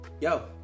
yo